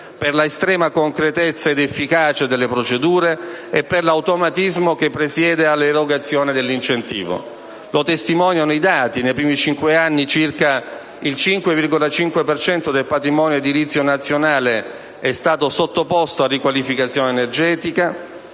per l'estrema concretezza ed efficacia delle procedure e per l'automatismo che presiede all'erogazione dell'incentivo. Lo testimoniano i dati: nei primi cinque anni circa il 5,5 per cento del patrimonio edilizio nazionale è stato sottoposto a riqualificazione energetica;